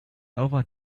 over